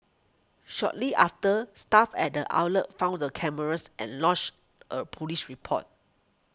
shortly after staff at the outlet found the cameras and lodged a police report